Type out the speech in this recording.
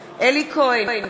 כהן,